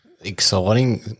exciting